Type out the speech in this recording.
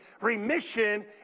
Remission